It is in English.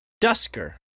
dusker